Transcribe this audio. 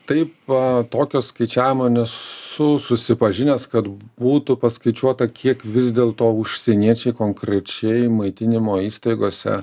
taip tokio skaičiavimo nesu susipažinęs kad būtų paskaičiuota kiek vis dėlto užsieniečiai konkrečiai maitinimo įstaigose